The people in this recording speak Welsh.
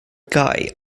gau